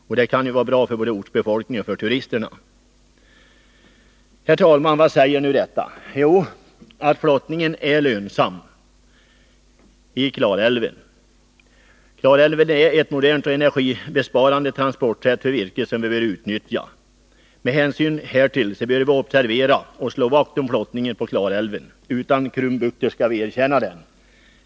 Och detta kan vara bra för både ortsbefolkning och turister. Herr talman! Vad säger nu detta? Jo, att flottningen i Klarälven är lönsam och att Klarälven innebär ett modernt och energibesparande transportsätt för virke som vi bör utnyttja. Med hänsyn härtill bör vi observera och slå vakt om flottningen på Klarälven. Utan krumbukter skall vi erkänna den.